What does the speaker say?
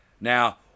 Now